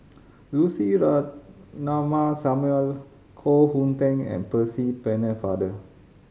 Lucy Ratnammah Samuel Koh Hoon Teck and Percy Pennefather